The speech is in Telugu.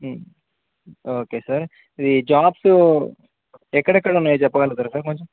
ఓకే సార్ ఇది జాబ్స్ ఎక్కడెక్కడన్నా చెప్పగలుగుతారుా సార్ కొంచం